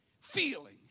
feeling